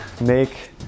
make